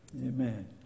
Amen